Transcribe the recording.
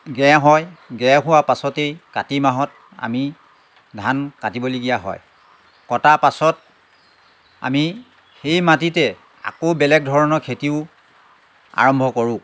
গেৰ হয় গেৰ হোৱাৰ পাছতেই কাতি মাহত আমি ধান কাটিবলগীয়া হয় কটা পাছত আমি সেই মাটিতে আকৌ বেলেগ ধৰণৰ খেতিও আৰম্ভ কৰোঁ